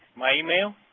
my email?